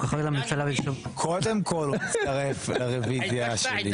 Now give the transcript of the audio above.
קודם כל הוא מצטרף לרביזיה שלי.